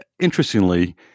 interestingly